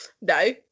no